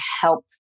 help